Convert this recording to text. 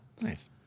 Nice